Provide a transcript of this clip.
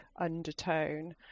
undertone